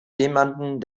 jemanden